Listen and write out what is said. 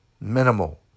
minimal